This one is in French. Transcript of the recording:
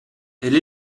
elle